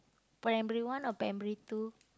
primary one or primary two